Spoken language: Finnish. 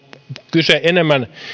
kyse enemmän